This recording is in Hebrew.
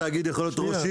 כולל התאגידים כמובן,